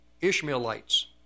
Ishmaelites